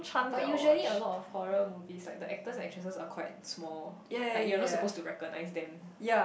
but usually a lot of horror movies like the actors and actresses are quite small like you're not suppose to recognize them